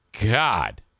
God